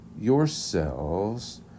yourselves